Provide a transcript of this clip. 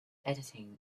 editing